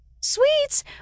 Sweets